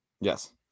Yes